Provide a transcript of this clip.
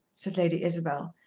said lady isabel.